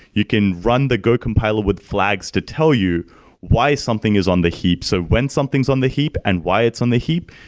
you can run the go compiler with flags to tell you why something is on the heap. so when something is on the heap and why it's on the heap,